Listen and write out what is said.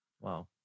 Wow